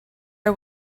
are